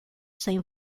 sem